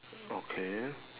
okay